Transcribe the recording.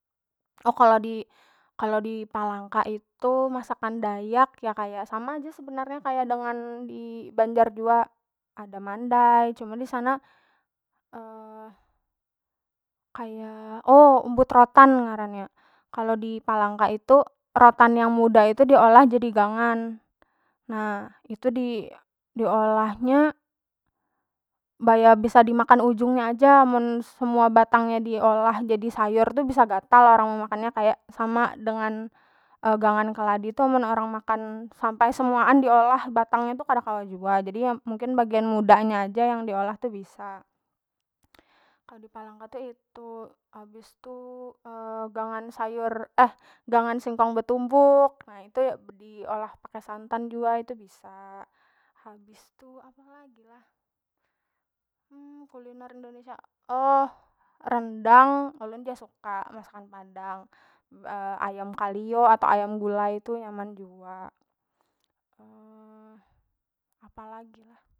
Kalo di kalo dipalangka itu masakan dayak ya kaya sama ja sebenarnya kaya dengan dibanjar jua ada mandai cuma disana kaya umbut rotan ngarannya kalo dipalangka itu rotan yang muda itu diolah jadi gangan na itu di- diolahnya baya bisa dimakan ujung nya aja mun semua batangnya di olah jadi sayur tu bisa gatal orang memakannya kaya sama dengan gangan keladi tu amun orang makan sampai semuaan diolah batangnya tu kada kawa jua jadi mungkin bagian muda nya aja yang diolah tu bisa. Kalo dipalangka tu itu habis tu gangan sayur eh gangan singkong betumbuk na itu diolah pakai santan jua itu bisa habis tu apalagi lah kuliner indonesia oh rendang ulun jua suka masakan padang ayam kalio atau ayam gulai tu nyaman jua apalagi lah.